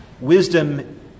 Wisdom